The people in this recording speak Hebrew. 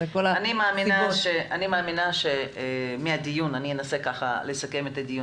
אני אנסה לסכם את הדיון.